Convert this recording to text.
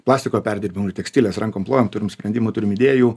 plastiko perdirbimui tekstilės rankom plojom turim sprendimų turim idėjų